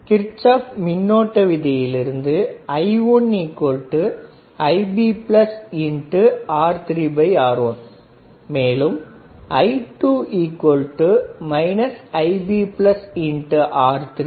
Kirchhoff மின்னோட்ட விதியிலிருந்து I1IbR3R1 மேலும் I2 IbR3 V0R2